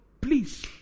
please